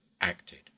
acted